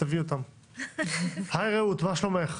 היא לא נמצאת.